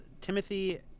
Timothy